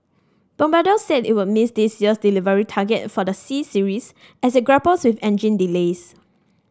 bombardier said it would miss this year's delivery target for the C Series as it grapples with engine delays